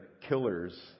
killers